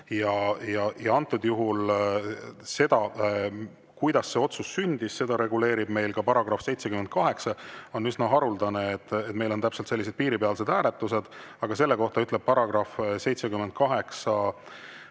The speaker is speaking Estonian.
Ja antud juhul seda, kuidas see otsus sündis, reguleerib meil ka § 78. On üsna haruldane, et meil on täpselt sellised piiripealsed hääletused, aga selle kohta ütleb § 78